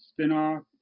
spinoff